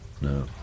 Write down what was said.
No